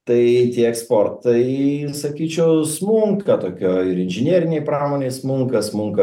tai tie eksportai sakyčiau smunka tokio ir inžinerinėj pramonėj smunka smunka